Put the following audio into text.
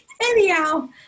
Anyhow